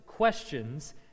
questions